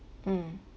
mm